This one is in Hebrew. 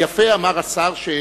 דיברתי על מכשירים.